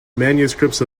manuscripts